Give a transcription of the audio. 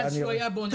שאלת אם יש מענים,